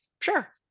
Sure